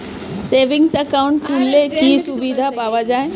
Savings account খুললে কি সুবিধা পাওয়া যায়?